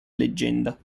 leggenda